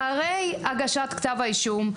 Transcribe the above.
אחרי הגשת כתב האישום,